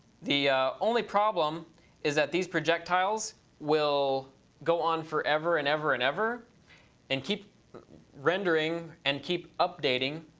the only problem is that these projectiles will go on forever and ever and ever and keep rendering and keep updating.